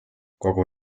kogu